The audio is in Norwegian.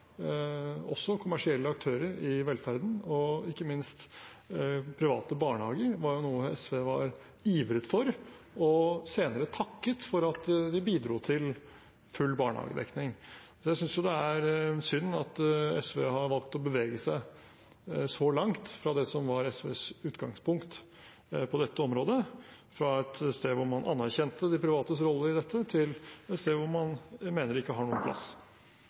også kommersielle aktører i velferden. Ikke minst var private barnehager noe SV ivret for, og senere takket for at vi bidro til full barnehagedekning. Jeg synes det er synd at SV har valgt å bevege seg så langt fra det som var SVs utgangspunkt på dette området, fra et sted hvor man anerkjente de privates rolle i dette, til et sted hvor man mener de ikke har noen plass.